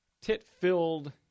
tit-filled